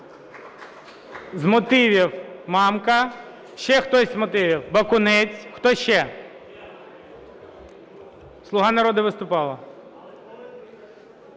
З мотивів – Мамка. Ще хто з мотивів? Бакунець. Хто ще? "Слуга народу" виступала.